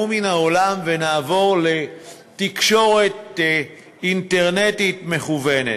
מן העולם ונעבור לתקשורת אינטרנטית מקוונת.